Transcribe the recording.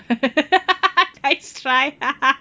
nice try